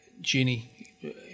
Ginny